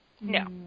No